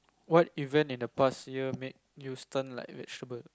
what event in the past year made you stunned like vegetable